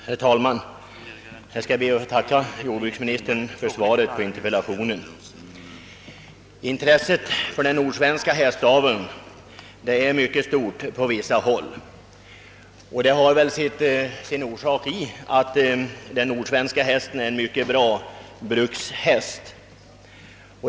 Herr talman! Jag ber att få tacka jordbruksministern för svaret på interpellationen. Intresset för den nordsvenska hästaveln är mycket stort på vissa håll, och det har väl sin förklaring i att den nordsvenska hästen är en mycket bra brukshäst.